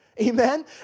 Amen